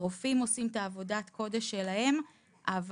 הרופאים עושים את עבודת הקודש שלהם אבל